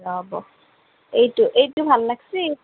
ৰ'ব এইটো এইটো ভাল লাগিছে